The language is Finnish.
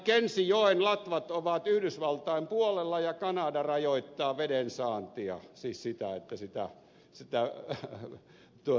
mackenzie joen latvat ovat yhdysvaltain puolella ja kanada rajoittaa vedensaantia siis siitä että sitä on sitä että tuo